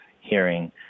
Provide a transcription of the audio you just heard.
hearing